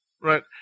Right